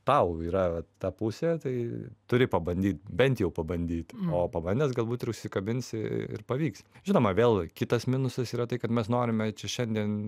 tau yra ta pusė tai turi pabandyt bent jau pabandyt o pabandęs galbūt ir užsikabinsi ir pavyks žinoma vėl kitas minusas yra tai kad mes norime čia šiandien